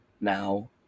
now